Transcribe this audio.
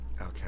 Okay